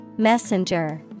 Messenger